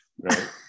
right